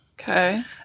Okay